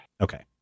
Okay